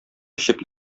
эчеп